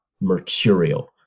mercurial